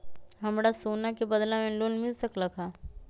हमरा सोना के बदला में लोन मिल सकलक ह?